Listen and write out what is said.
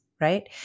right